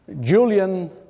Julian